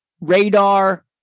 radar